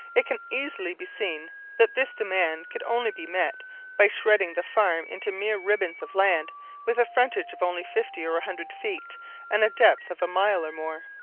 it can easily be seen that this demand could only be met by shredding the farm into mere ribbons of land with a frontage of only fifty or a hundred feet and a depth of a mile or more.